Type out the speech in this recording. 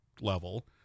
level